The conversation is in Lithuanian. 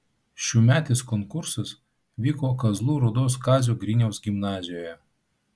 šiųmetis konkursas vyko kazlų rūdos kazio griniaus gimnazijoje